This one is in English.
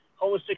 holistic